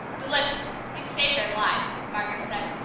delicious you've saved our lives, margaret said,